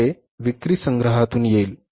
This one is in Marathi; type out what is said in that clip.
ते विक्री संग्रहातून येईल